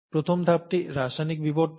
প্রথম ধাপটি রাসায়নিক বিবর্তনের